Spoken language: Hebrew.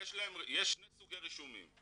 יש שני סוגי רישומים.